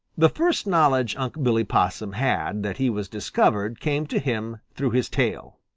the first knowledge unc' billy possum had that he was discovered came to him through his tail.